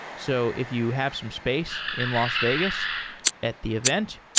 so if you have some space in las vegas at the event,